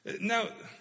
Now